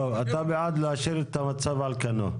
טוב, אתה בעד להשאיר את המצב על כנו.